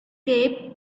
cape